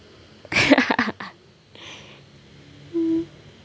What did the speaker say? hmm